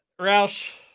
Roush